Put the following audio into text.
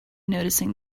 noticing